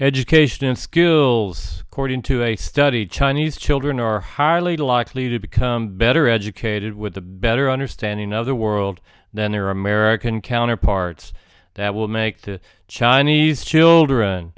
education and skills according to a study chinese children are highly likely to become better educated with a better understanding of the world than are american counterparts that will make the chinese children